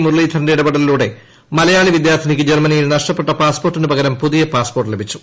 മുരളീധരന്റെ ഇടപെടലിലൂടെ മലയാളി വിദ്യാർത്ഥിനിക്ക് ജർമനിയിൽ നഷ്ടപ്പെട്ട പാസ്പോർട്ടിന് പകരം പുതിയ പാസ്പോർട്ട് ലഭിച്ചു